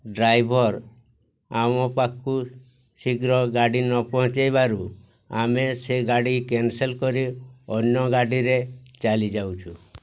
driver ଆମ ପାଖକୁ ଶୀଘ୍ର ଗାଡ଼ି ନ ପହଞ୍ଚାଇବାରୁ ଆମେ ସେ ଗାଡ଼ି କ୍ୟାନସଲ୍ କରି ଅନ୍ୟ ଗାଡ଼ିରେ ଚାଲିଯାଉଛୁ